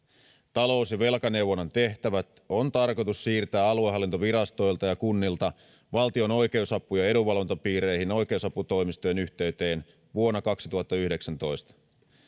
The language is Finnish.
talous ja velkaneuvonnan tehtävät on tarkoitus siirtää aluehallintovirastoilta ja kunnilta valtion oikeusapu ja edunvalvontapiireihin oikeusaputoimistojen yhteyteen vuonna kaksituhattayhdeksäntoista